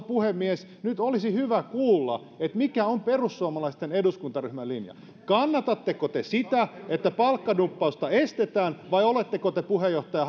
puhemies nyt olisi hyvä kuulla mikä on perussuomalaisen eduskuntaryhmän linja kannatatteko te sitä että palkkadumppausta estetään vai oletteko te puheenjohtaja